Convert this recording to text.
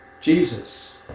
Jesus